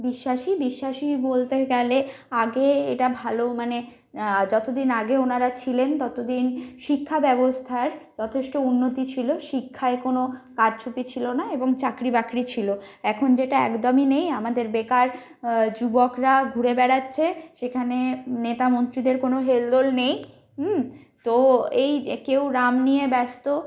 বিশ্বাসী বিশ্বাসী বলতে গেলে আগে এটা ভালো মানে যত দিন আগে ওনারা ছিলেন তত দিন শিক্ষা ব্যবস্থার যথেষ্ট উন্নতি ছিল শিক্ষায় কোনো কারচুপি ছিল না এবং চাকরি বাকরি ছিল এখন যেটা একদমই নেই আমাদের বেকার যুবকরা ঘুরে বেড়াচ্ছে সেখানে নেতা মন্ত্রীদের কোনো হেলদোল নেই তো এই যে কেউ রাম নিয়ে ব্যস্ত